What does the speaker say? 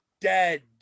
dead